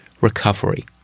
recovery